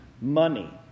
money